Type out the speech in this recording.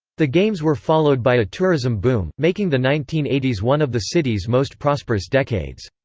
the games were followed by a tourism boom, making the nineteen eighty s one of the city's most prosperous decades.